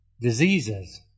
Diseases